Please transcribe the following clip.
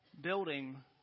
building